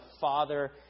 father